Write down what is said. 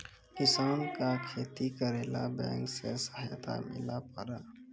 किसान का खेती करेला बैंक से सहायता मिला पारा?